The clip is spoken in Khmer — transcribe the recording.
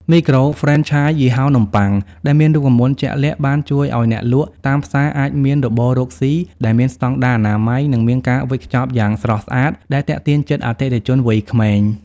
មីក្រូហ្វ្រេនឆាយ យីហោនំបុ័ង ដែលមានរូបមន្តជាក់លាក់ បានជួយឱ្យអ្នកលក់តាមផ្សារអាចមានរបររកស៊ីដែលមានស្ដង់ដារអនាម័យ និងមានការវេចខ្ចប់យ៉ាងស្រស់ស្អាតដែលទាក់ទាញចិត្តអតិថិជនវ័យក្មេង។